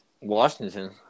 Washington